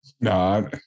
No